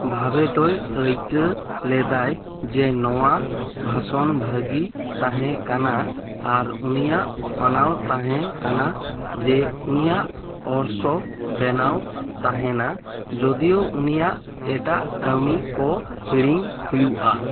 ᱵᱷᱟᱵᱮ ᱫᱚᱭ ᱟᱹᱭᱠᱟᱹᱣ ᱞᱮᱫᱟᱭ ᱡᱮ ᱱᱚᱶᱟ ᱵᱷᱟᱥᱚᱱ ᱵᱷᱟᱹᱜᱤ ᱛᱟᱦᱮᱸ ᱠᱟᱱᱟ ᱟᱨ ᱩᱱᱤᱭᱟᱜ ᱢᱟᱱᱟᱣ ᱛᱟᱦᱮᱸ ᱠᱟᱱᱟ ᱡᱮ ᱩᱱᱤᱭᱟᱜ ᱚᱨᱥᱚᱝ ᱵᱮᱱᱟᱣ ᱛᱟᱦᱮᱸᱱᱟ ᱡᱚᱫᱤᱭᱳ ᱩᱱᱤᱭᱟᱜ ᱮᱴᱟᱜ ᱠᱟᱹᱢᱤ ᱠᱚ ᱦᱤᱲᱤᱧ ᱦᱩᱭᱩᱜᱼᱟ